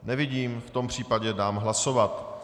Nevidím, v tom případě dám hlasovat.